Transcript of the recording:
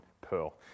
pearl